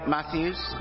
Matthews